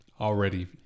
already